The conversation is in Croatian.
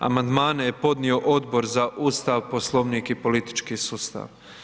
Amandmane je podnio Odbor za Ustav, Poslovnik i politički sustav.